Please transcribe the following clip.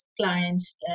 clients